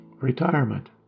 Retirement